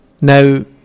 Now